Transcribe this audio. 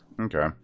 Okay